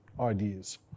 ideas